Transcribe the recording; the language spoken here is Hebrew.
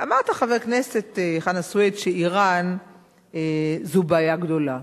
אמרת, חבר הכנסת חנא סוייד, שאירן זו בעיה גדולה.